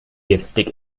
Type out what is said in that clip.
giftig